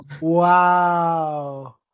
Wow